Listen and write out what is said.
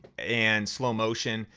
and slow motion.